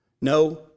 No